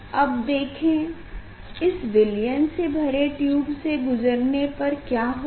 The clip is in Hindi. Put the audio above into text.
अब देखे इस विलयन से भरे ट्यूब से गुजरने पर क्या होगा